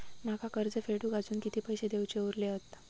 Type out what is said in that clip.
माका कर्ज फेडूक आजुन किती पैशे देऊचे उरले हत?